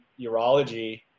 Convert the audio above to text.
urology